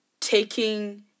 taking